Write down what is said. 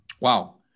Wow